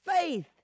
faith